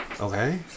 Okay